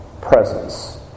presence